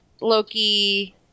Loki